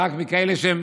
רק כאלה שהם